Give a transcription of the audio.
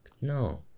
No